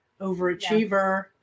Overachiever